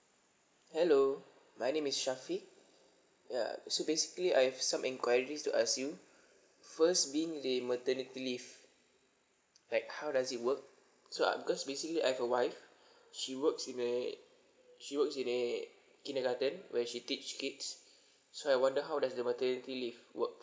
hello my name is shafiq yeah so basically I have some enquiries to ask you first being the maternity leave like how does it work so uh because basically I have a wife she works in a she works in a kindergarten where she teach kids so I wonder how does the maternity leave works